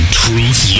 truth